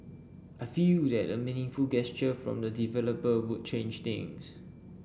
I feel that a meaningful gesture from the developer would change things